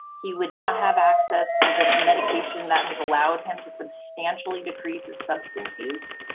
he would not have access to the medication that has allowed him to substantially decrease his substance use.